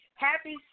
Happy